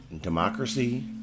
democracy